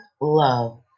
love